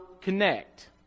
connect